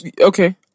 Okay